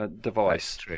device